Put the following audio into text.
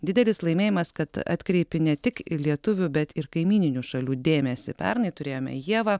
didelis laimėjimas kad atkreipi ne tik lietuvių bet ir kaimyninių šalių dėmesį pernai turėjome ievą